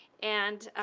and